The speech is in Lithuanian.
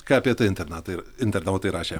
ką apie tai internatai internautai rašė